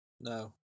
no